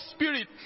Spirit